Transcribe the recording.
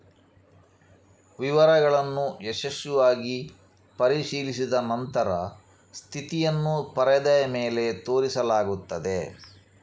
ವಿವರಗಳನ್ನು ಯಶಸ್ವಿಯಾಗಿ ಪರಿಶೀಲಿಸಿದ ನಂತರ ಸ್ಥಿತಿಯನ್ನು ಪರದೆಯ ಮೇಲೆ ತೋರಿಸಲಾಗುತ್ತದೆ